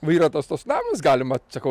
va yra tas tas namas galima sakau